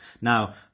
Now